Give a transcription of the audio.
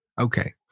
Okay